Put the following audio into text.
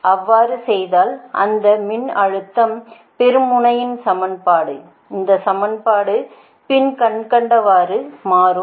நீங்கள் அவ்வாறு செய்தால் அந்த மின்னழுத்தத்தைப் பெறும் முனையின் சமன்பாடு இந்த சமன்பாடு பின் கண்டவாறு மாறும்